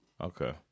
Okay